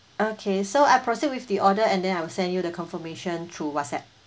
okay so I proceed with the order and then I will send you the confirmation through whatsapp